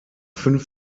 fünf